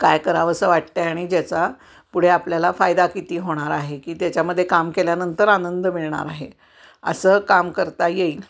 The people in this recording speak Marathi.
काय करावंसं वाटतं आहे आणि ज्याचा पुढे आपल्याला फायदा किती होणार आहे की त्याच्यामध्ये काम केल्यानंतर आनंद मिळणार आहे असं काम करता येईल